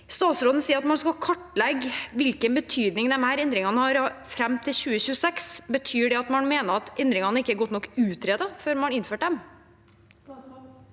Statsråden sier at man skal kartlegge hvilken betydning disse endringene har, fram til 2026. Betyr det at man mener at endringene ikke var godt nok utredet før man innførte dem?